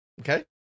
Okay